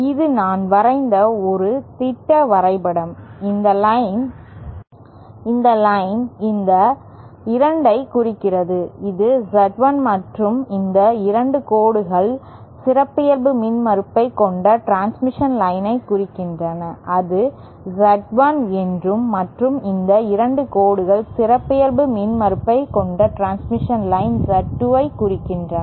இது நான் வரைந்த ஒரு திட்ட வரைபடம் இந்த லைன் இந்த 2 ஐ குறிக்கிறது இது Z1 மற்றும் இந்த 2 கோடுகள் சிறப்பியல்பு மின்மறுப்பைக் கொண்ட டிரான்ஸ்மிஷன் லைன் ஐ குறிக்கின்றன அதுZ1 என்றும் மற்றும் இந்த 2 கோடுகள் சிறப்பியல்பு மின்மறுப்பைக் கொண்ட டிரான்ஸ்மிஷன் லைன் Z2 ஐ குறிக்கின்றன